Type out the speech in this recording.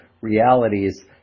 realities